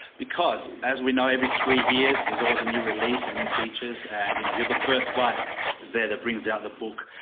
because as we know every three years, there's always a new release and new features and you know, you're the first one, whose there, that brings out the book,